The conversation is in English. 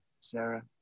Sarah